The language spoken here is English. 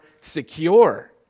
secure